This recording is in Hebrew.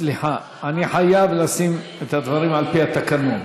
סליחה, אני חייב להציג את הדברים על פי התקנון.